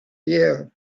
year